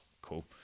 cool